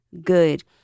good